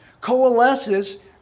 coalesces